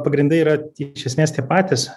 pagrindai yra iš esmės tie patys